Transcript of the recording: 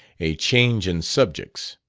a change in subjects.